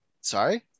Sorry